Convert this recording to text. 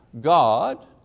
God